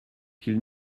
qu’il